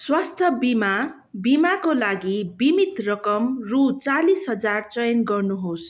स्वास्थ बिमा बिमाको लागि बिमित रकम रु चालिस हजार चयन गर्नुहोस्